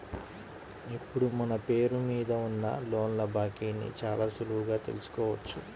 ఇప్పుడు మన పేరు మీద ఉన్న లోన్ల బాకీని చాలా సులువుగా తెల్సుకోవచ్చు